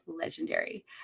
Legendary